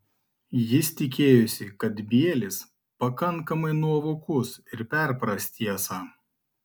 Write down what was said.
jis tikėjosi kad bielis pakankamai nuovokus ir perpras tiesą